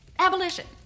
Abolition